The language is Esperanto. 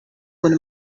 kun